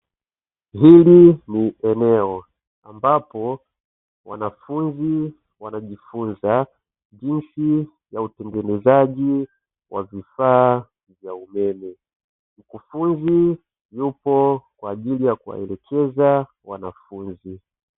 Hili ni eneo, ambapo wanafunzi wanajifunza jinsi ya utengenezaji wa vifaa vya umeme. Mkufunzi yupo kwa ajili ya kuwaelekeza wanafunzi.